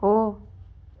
हो